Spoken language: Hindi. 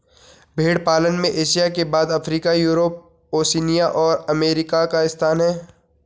भेंड़ पालन में एशिया के बाद अफ्रीका, यूरोप, ओशिनिया और अमेरिका का स्थान है